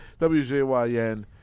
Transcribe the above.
WJYN